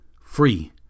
free